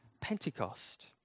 Pentecost